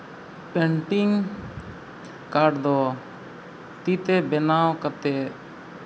painting card ᱫᱚ ᱛᱤ ᱛᱮ ᱵᱮᱱᱟᱣ ᱠᱟᱛᱮᱫ